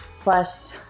Plus